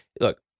look